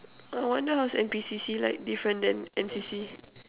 I wonder how's N_P_C_C like different than N_C_C